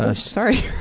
ah sorry!